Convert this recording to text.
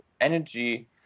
energy